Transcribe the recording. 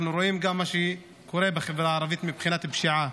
אנחנו רואים גם מה שקורה בחברה הערבית מבחינת פשיעה.